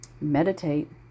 meditate